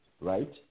right